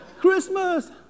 Christmas